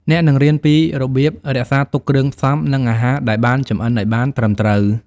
អ្នកនឹងរៀនពីរបៀបរក្សាទុកគ្រឿងផ្សំ និងអាហារដែលបានចម្អិនឱ្យបានត្រឹមត្រូវ។